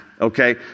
okay